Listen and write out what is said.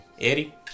Eddie